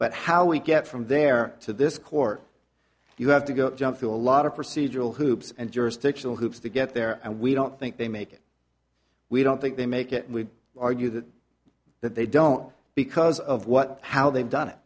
but how we get from there to this court you have to go jump through a lot of procedural hoops and jurisdictional hoops to get there and we don't think they make it we don't think they make it we argue that that they don't because of what how they've done it